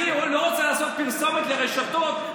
אני לא רוצה לעשות פרסומת לרשתות,